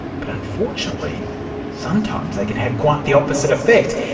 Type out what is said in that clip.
but unfortunately sometimes they can have quite the opposite effect.